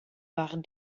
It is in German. waren